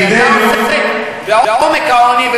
כי אתה עוסק בעומק העוני,